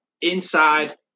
Inside